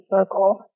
circle